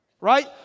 Right